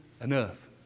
enough